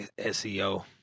SEO